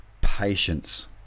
patience